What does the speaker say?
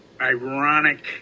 ironic